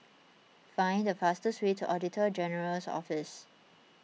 find the fastest way to Auditor General's Office